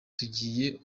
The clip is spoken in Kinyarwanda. tugire